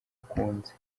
akunze